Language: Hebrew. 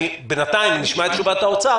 בינתיים, נשמע את תשובת האוצר